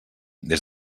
des